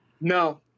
No